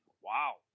wow